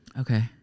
Okay